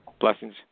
Blessings